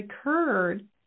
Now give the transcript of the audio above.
occurred